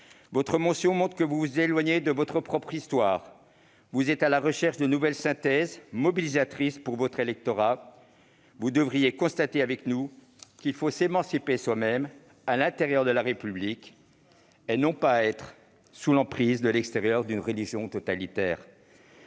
Votre motion démontre que vous vous éloignez de votre propre histoire. Vous êtes à la recherche de nouvelles synthèses mobilisatrices pour votre électorat alors que vous devriez constater avec nous qu'il faut s'émanciper soi-même, à l'intérieur de la République et non être sous l'emprise de l'extérieur et d'une religion totalitaire.